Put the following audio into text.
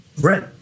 Right